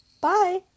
Bye